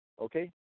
okay